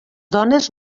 dones